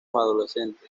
adolescentes